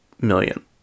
million